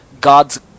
God's